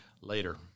Later